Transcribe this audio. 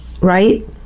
right